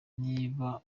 niba